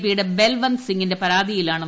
പിയുടെ ബൽവന്ത് സിംങിന്റെ പരാതിയിലാണ് നടപടി